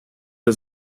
der